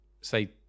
say